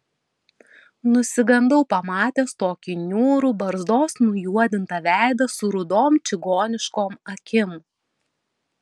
nusigandau pamatęs tokį niūrų barzdos nujuodintą veidą su rudom čigoniškom akim